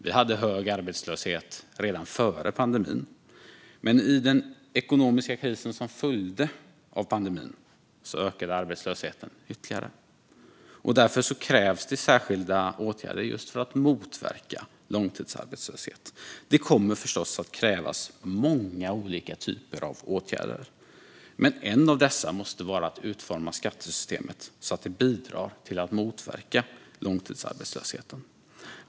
Vi hade hög arbetslöshet redan före pandemin, men i den ekonomiska kris som följde av pandemin ökade arbetslösheten ytterligare. Därför krävs det särskilda åtgärder just för att motverka långtidsarbetslöshet. Det kommer förstås att krävas många olika typer av åtgärder, men en av dessa måste vara att utforma skattesystemet så att det bidrar till att motverka långtidsarbetslösheten.